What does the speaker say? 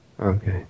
Okay